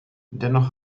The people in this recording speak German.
dennoch